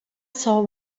saw